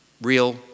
real